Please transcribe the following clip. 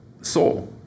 soul